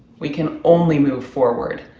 we can only move forward.